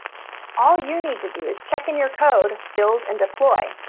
all you need to do is check in your code, build, and deploy.